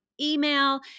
email